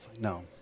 No